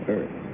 Earth